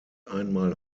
einmal